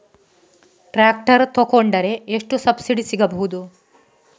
Tractor ತೊಕೊಂಡರೆ ಎಷ್ಟು subsidy ಸಿಗಬಹುದು?